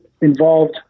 involved